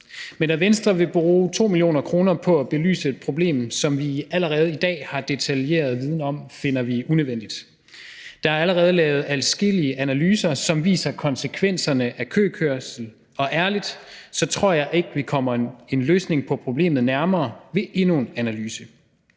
Men at Venstre vil bruge 2 mio. kr. på at belyse et problem, som vi allerede i dag har detaljeret viden om, finder vi unødvendigt. Der er allerede lavet adskillige analyser, som viser konsekvenserne af køkørsel, og ærlig talt tror jeg ikke, vi kommer en løsning på problemet nærmere ved endnu en analyse.